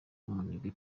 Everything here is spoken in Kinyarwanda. umunebwe